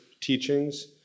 teachings